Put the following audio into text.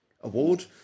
Award